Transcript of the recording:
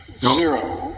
zero